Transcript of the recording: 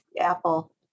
Apple